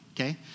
Okay